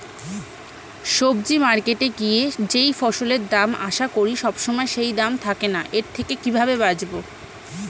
সবজি মার্কেটে গিয়ে যেই ফসলের দাম আশা করি সবসময় সেই দাম থাকে না এর থেকে কিভাবে বাঁচাবো?